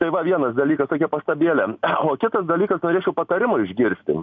ir va vienas dalykas tokia pastabėlė o kitas dalykas norėčiau patarimų išgirsti